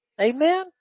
Amen